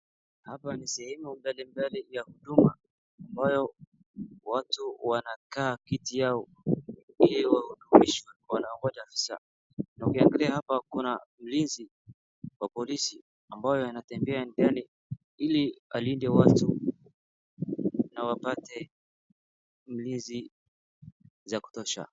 hapa ni sehemu ya serikali ya huduma ambayo watu wanakaa kwa viti yao ikiwa wanangoja afisa na ukiangalia hapa kuna mlinzi au polisi ambaye anatembea njiani ili alinde watu na wapte ulinzi za kutosha